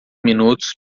minutos